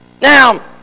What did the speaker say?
Now